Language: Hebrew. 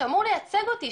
שאמור לייצג אותי,